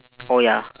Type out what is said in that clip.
oh ya